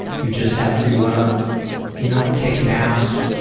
you just have to you know, take naps,